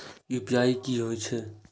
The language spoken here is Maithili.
यू.पी.आई की होई छै?